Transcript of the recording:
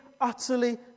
utterly